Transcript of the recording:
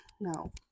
no